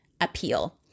Appeal